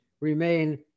remain